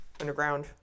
underground